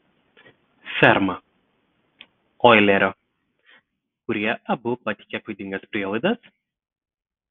ferma oilerio kurie abu pateikė klaidingas prielaidas